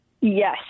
Yes